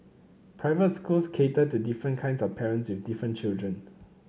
private schools cater to different kinds of parents with different children